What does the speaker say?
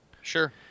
Sure